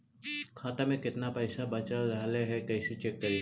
खाता में केतना पैसा बच रहले हे कैसे चेक करी?